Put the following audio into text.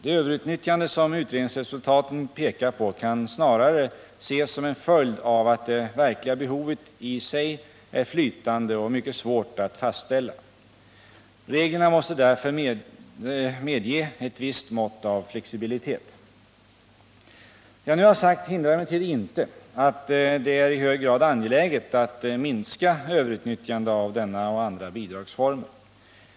Det överutnyttjande som utredningsresultaten pekar på kan snarare ses som en följd av att det verkliga behovet i sig är flytande och mycket svårt att fastställa. Reglerna måste därför medge ett visst mått av flexibilitet. Det jag nu har sagt hindrar emellertid inte att det är i hög grad angeläget att minska överutnyttjande av denna och andra bidragsformer.